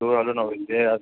ಜೋರು ಹಲ್ಲು ನೋವು ಇದೆ